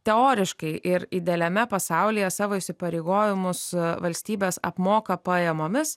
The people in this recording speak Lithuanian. teoriškai ir idealiame pasaulyje savo įsipareigojimus valstybės apmoka pajamomis